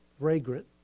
fragrant